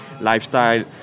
lifestyle